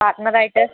partner ആയിട്ട്